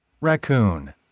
Raccoon